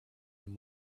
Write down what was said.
him